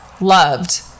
loved